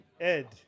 Ed